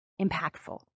impactful